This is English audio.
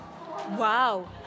wow